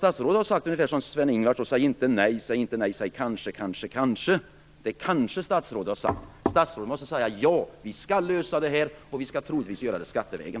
Statsrådet har sagt ungefär som Sven Ingvars brukar sjunga: Säg inte nej, säg kanske, kanske, kanske. Statsrådet måste säga: Ja, vi skall lösa detta, och det skall vi troligtvis göra skattevägen.